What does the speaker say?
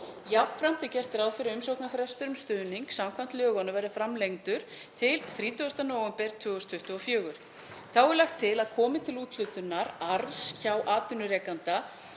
Jafnframt er gert ráð fyrir að umsóknarfrestur um stuðning samkvæmt lögunum verði framlengdur til 30. nóvember 2024. Þá er lagt til að komi til úthlutunar arðs hjá atvinnurekanda